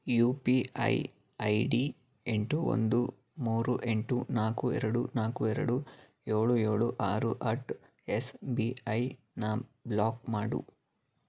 you P I I D ಎಂಟು ಒಂದು ಮೂರು ಎಂಟು ನಾಲ್ಕು ಎರಡು ನಾಲ್ಕು ಎರಡು ಏಳು ಏಳು ಆರು ಅಟ್ ಎಸ್ ಬಿ ಐನ ಬ್ಲಾಕ್ ಮಾಡು